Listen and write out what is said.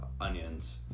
onions